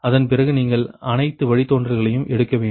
அதன் பிறகு நீங்கள் அனைத்து வழித்தோன்றல்களையும் எடுக்க வேண்டும்